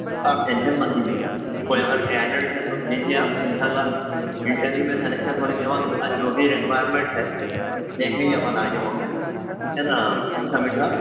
آپ ٹینشن مت لیجیے کوئی اگر کنڈیڈیٹ ہے تو بھیجیے آپ ان شاء اللہ انٹرویو میں سلیکشن ہونے کے بعد ان کا جو بھی رکوائرمنٹ ہے دیکھیں گے اپن آگے وہ کریں گے ٹھیک ہے نا سمیٹھا